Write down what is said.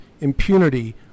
impunity